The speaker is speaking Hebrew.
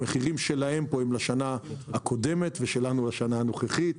המחירים שלהם הם לשנה הקודמת ושלנו לשנה הנוכחית.